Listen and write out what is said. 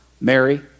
Mary